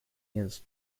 years